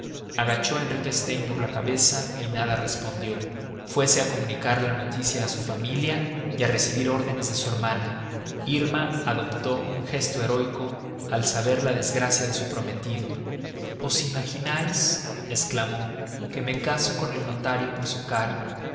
agachó enrique steimbourg la cabeza y nada respondió fuese a comunicar la noticia a su familia y a recibir órdenes de su hermana irma adoptó un gesto heroico al saber la desgracia de su prometido os imagináis exclamó que me caso con el notario por su cara